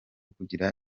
kugira